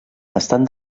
estan